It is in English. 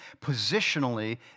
Positionally